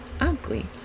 ugly